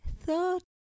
thought